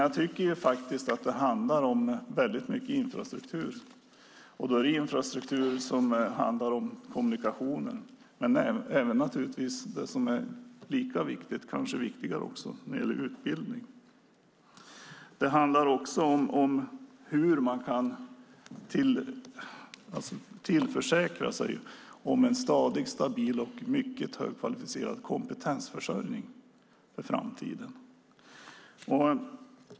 Det handlar väldigt mycket om infrastruktur, om kommunikationer, men lika viktigt om inte viktare är utbildning. Det handlar även om hur man kan tillförsäkra sig en stadig, stabil och mycket högkvalificerad kompetensförsörjning för framtiden.